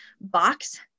box